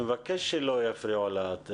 מבקש שלא יפריעו לה.